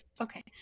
Okay